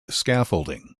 scaffolding